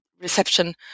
reception